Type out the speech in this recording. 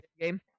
game